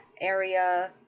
area